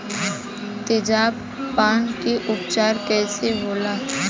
तेजाब पान के उपचार कईसे होला?